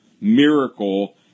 miracle